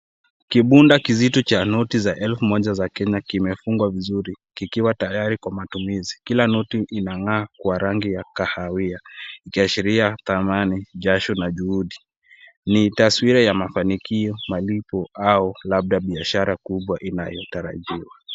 Kibunda kizito cha noti cha elfu moja za Kenya kimefungwa vizuri kikiwa tayari kwa matumizi. Kila noti inang'aa kwa rangi ya kahawia, ikiashiria thamani, jasho na juhudi. Ni taswira ya mafanikio, malipo au labda biashara kubwa inayotarajiwa.